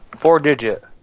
Four-digit